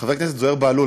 חבר הכנסת זוהיר בהלול,